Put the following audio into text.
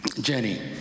Jenny